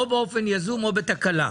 או באופן יזום או כתוצאה מתקלה.